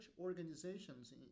organizations